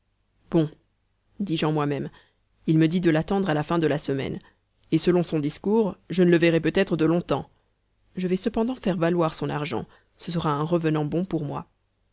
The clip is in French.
bon dis-je en moi-même il me dit de l'attendre à la fin de la semaine et selon son discours je ne le verrai peut-être de longtemps je vais cependant faire valoir son argent ce sera un revenant bon pour moi